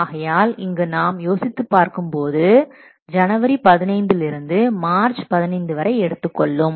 ஆகையால் இங்கு நாம் யோசித்துப் பார்க்கும் போது ஜனவரி 15 லிருந்து மார்ச் 15 வரை எடுத்துக்கொள்ளும்